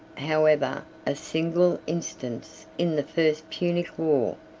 however, a single instance in the first punic war,